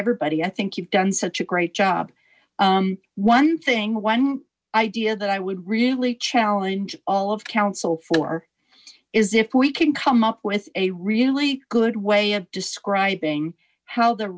everybody i think you've done such a great job one thing one idea that i would really challenge all of council for is if we can come up with a really good way describing how the